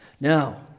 Now